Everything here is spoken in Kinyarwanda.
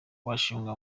washingwa